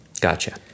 Gotcha